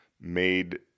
made